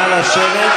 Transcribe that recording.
נא לשבת.